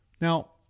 Now